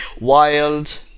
Wild